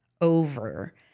over